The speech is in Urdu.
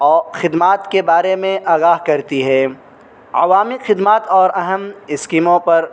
اور خدمات کے بارے میں آگاہ کرتی ہے عوامی خدمات اور اہم اسکیموں پر